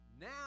now